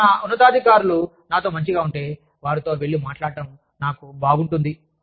మరియు నా ఉన్నతాధికారులు నాతో మంచిగా ఉంటే వారితో వెళ్లి మాట్లాడటం నాకు బాగుంటుంది